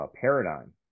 paradigm